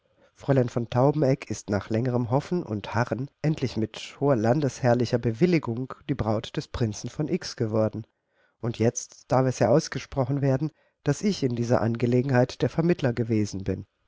fräulein von taubeneck ist nach längerem hoffen und harren endlich mit hoher landesherrlicher bewilligung die braut des prinzen von x geworden und jetzt darf es ja ausgesprochen werden daß ich in dieser angelegenheit der vermittler gewesen bin